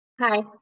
Hi